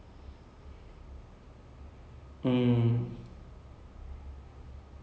you will make the power move or something like that lah so it that ya I thought it was quite amazing